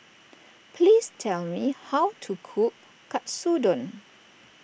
please tell me how to cook Katsudon